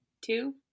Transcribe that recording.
two